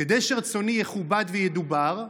כדי שרצוני יכובד וידובר,